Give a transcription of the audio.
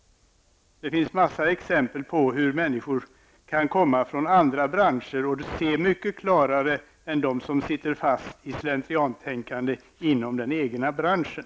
Det finns många exempel på hur människor kan komma från andra branscher och se mycket klarare än de som sitter fast i slentriantänkande inom den egna branschen.